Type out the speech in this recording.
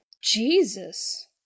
Jesus